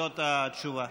זאת התשובה.